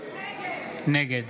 נגד